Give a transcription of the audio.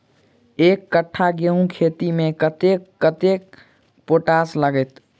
एक कट्ठा गेंहूँ खेती मे कतेक कतेक पोटाश लागतै?